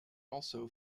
also